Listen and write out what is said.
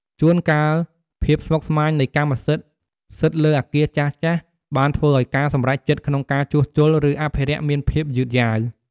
ជួនកាលភាពស្មុគស្មាញនៃសិទ្ធិកម្មសិទ្ធិលើអគារចាស់ៗបានធ្វើឱ្យការសម្រេចចិត្តក្នុងការជួសជុល ឬអភិរក្សមានភាពយឺតយ៉ាវ។